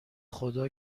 خدا